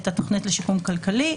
התוכנית לשיקום כלכלי,